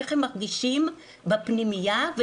איך הם מרגישים בפנימייה,